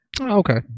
okay